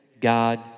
God